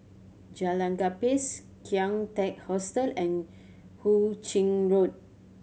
Jalan Gapis Kian Teck Hostel and Hu Ching Road